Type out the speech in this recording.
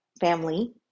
family